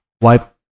Wipe